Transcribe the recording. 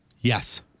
Yes